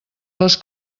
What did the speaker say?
les